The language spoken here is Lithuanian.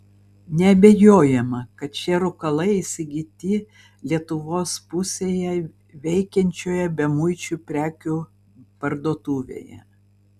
neabejojama kad šie rūkalai įsigyti lietuvos pusėje veikiančioje bemuičių prekių parduotuvėje